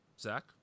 Zach